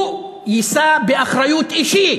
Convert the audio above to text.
הוא יישא באחריות אישית